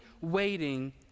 waiting